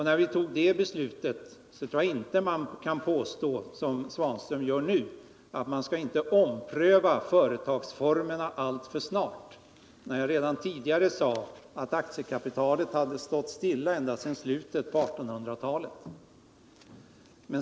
När vi fattat detta beslut kan man inte som Ivan Svanström nu gör hävda att vi frångick principen om att man inte bör ompröva företagsformerna alltför snart, ty som jag tidigare framhållit hade aktiekapitalet stått stilla ända sedan slutet av 1800-talet.